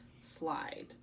slide